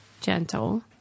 gentle